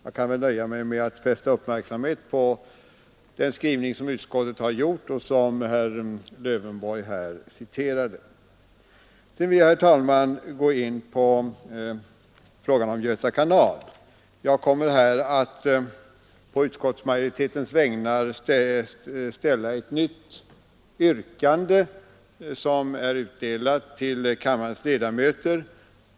Jag kan nöja mig med att fästa uppmärksamheten på den skrivning som utskottet gjort och som herr Lövenborg citerade. Sedan vill jag, herr talman, gå in på frågan om Göta kanal. Jag kommer å utskottsmajoritetens vägnar att ställa ett nytt yrkande, som är utdelat till kammarens ledamöter.